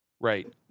Right